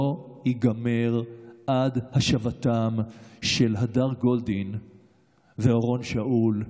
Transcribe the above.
לא ייגמר עד השבתם של הדר גולדין ואורון שאול,